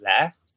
left